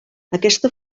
aquesta